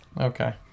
Okay